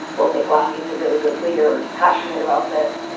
we'll think, wow, he's a really good leader or he's passionate about this.